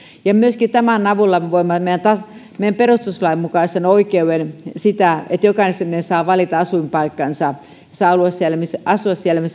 ja tämän avulla me voimme myöskin turvata meidän perustuslain mukaisen oikeuden että jokainen saa valita asuinpaikkansa saa asua siellä missä haluaa me